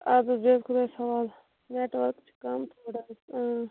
اَدٕ حظ بیٚہہ خۄدایس حوالہٕ نٮ۪ٹؤرٕک چھِ کَم تھوڑا اسہِ اۭں